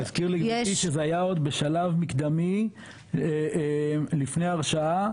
להזכיר לגברתי שזה היה שלב מקדמי לפני ההרשעה,